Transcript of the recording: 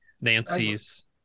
Nancy's